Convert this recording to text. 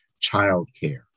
childcare